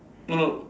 no no